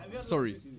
Sorry